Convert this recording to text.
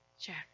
Check